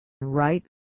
right